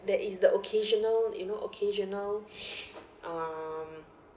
there is the occasional you know occasional um